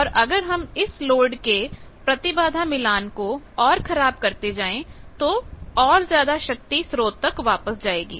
और अगर हम इस लोड के प्रतिबाधा मिलान को और खराब करते जाएं तो और ज्यादा शक्ति स्रोत तक वापस जाएगी